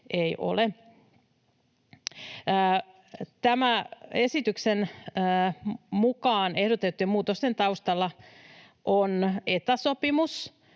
ei ole. Tämän esityksen mukaan ehdotettujen muutosten taustalla on Eta-sopimus,